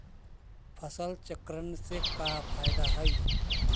फसल चक्रण से का फ़ायदा हई?